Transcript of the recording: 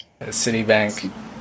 Citibank